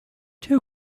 two